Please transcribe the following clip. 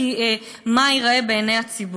כי מה ייראה בעיני הציבור.